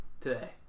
Today